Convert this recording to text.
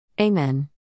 Amen